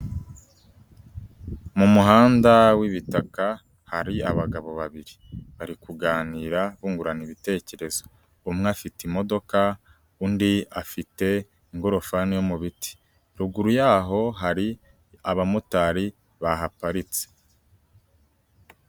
Mu muhanda w'ibitaka hari abagabo babiri, bari kuganira bungurana ibitekerezo. Umwe afite imodoka undi afite ingorofani yo mu biti. Ruguru yaho hari abamotari bahaparitse.